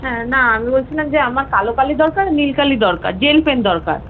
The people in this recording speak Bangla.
হ্যাঁ না আমি বলছিলাম যে আমার কালো কালি দরকার নীল কালি দরকার জেল পেন দরকার